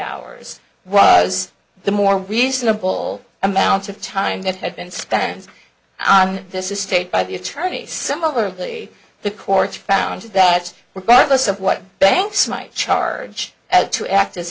hours was the more reasonable amount of time that had been spent on this estate by the attorney similarly the courts found that regardless of what banks might charge at to ac